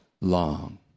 long